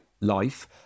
life